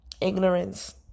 ignorance